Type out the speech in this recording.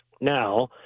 Now